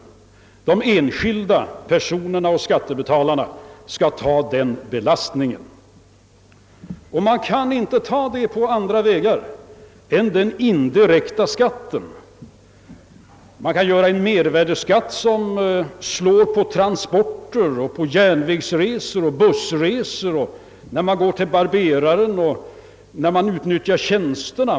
De enskilda personerna och skattebetalarna skall ta denna belastning. Man kan inte ta ut detta på andra vägar än genom den indirekta skatten. Man kan göra en mervärdeskatt som »slår» på transporter och på järnvägsresor och bussresor och som man drabbas av när man går till barberaren och när man utnyttjar andra tjänster.